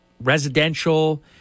residential